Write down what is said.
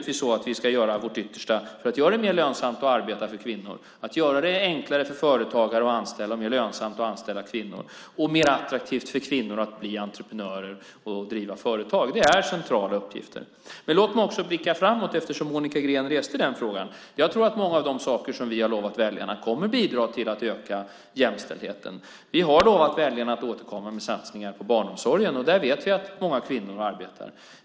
Vi ska göra vårt yttersta för att göra det mer lönsamt för kvinnor att arbeta, att göra det enklare och mer lönsamt för företagare att anställa kvinnor och mer attraktivt för kvinnor att bli entreprenörer och driva företag. Det är centrala uppgifter. Låt mig också blicka framåt eftersom Monica Green reste den frågan. Jag tror att många av de saker som vi har lovat väljarna kommer att bidra till att öka jämställdheten. Vi har lovat väljarna att återkomma med satsningar på barnomsorgen, och där vet vi att många kvinnor arbetar.